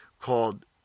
called